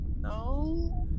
No